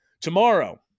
Tomorrow